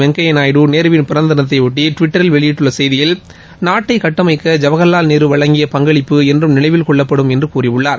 வெங்கய்யா நாயுடு நேருவின் பிறந்த தினத்தையொட்டி டுவிட்டரில் வெளியிட்டுள்ள செய்தியில் நாட்டை கட்டமைக்க ஜவஹர்லால் நேரு வழங்கிய பங்களிப்பு என்றும் நினைவில் கொள்ளப்படும் என கூறியுள்ளார்